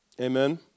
Amen